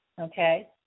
okay